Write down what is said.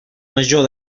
major